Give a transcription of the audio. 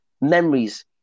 memories